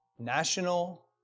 national